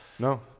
No